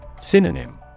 Synonym